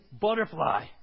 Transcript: butterfly